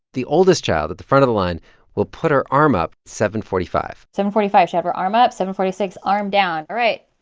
the oldest child at the front of the line will put her arm up seven forty seven forty-five, she'll have her arm up seven forty six, arm down. all right.